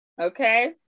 Okay